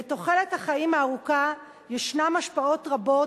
לתוחלת החיים הארוכה ישנן השפעות רבות.